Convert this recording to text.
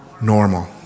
Normal